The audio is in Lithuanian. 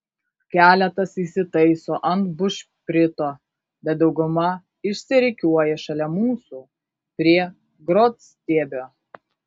keletas įsitaiso ant bušprito bet dauguma išsirikiuoja šalia mūsų prie grotstiebio